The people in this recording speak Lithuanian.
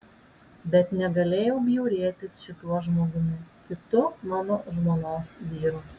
bet negalėjau bjaurėtis šituo žmogumi kitu mano žmonos vyru